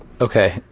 Okay